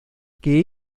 que